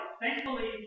Thankfully